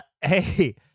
Hey